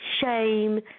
shame